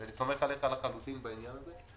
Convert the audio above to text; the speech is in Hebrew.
שאני סומך עליך לחלוטין בעניין הזה,